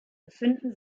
befinden